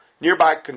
nearby